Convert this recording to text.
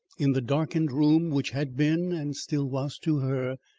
in the darkened room which had been and still was to her,